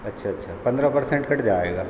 अच्छा अच्छा पन्द्रह पर्सेंट कट जाएगा